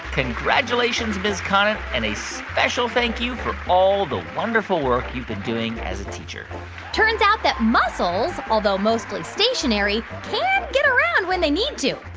congratulations, ms. conant, and a special thank you for all the wonderful work you've been doing as a teacher turns out that mussels, although mostly stationary, can get around when they need to.